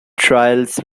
trials